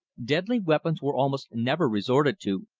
deadly weapons were almost never resorted to,